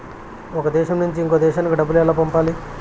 ఒక దేశం నుంచి ఇంకొక దేశానికి డబ్బులు ఎలా పంపాలి?